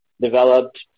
developed